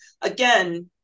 Again